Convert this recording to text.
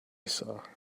sir